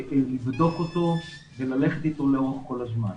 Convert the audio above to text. לבדוק אותו וללכת איתו לאורך כל הזמן.